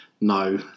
No